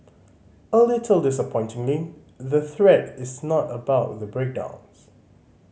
a little disappointingly the thread is not about the breakdowns